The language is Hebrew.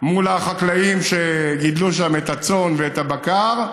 מול החקלאים שגידלו שם את הצאן ואת הבקר,